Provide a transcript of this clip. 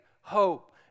hope